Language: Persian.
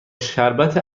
شربت